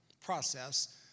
process